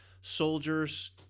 soldiers